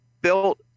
built